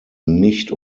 nicht